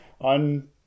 on